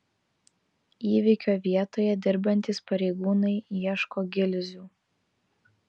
įvykio vietoje dirbantys pareigūnai ieško gilzių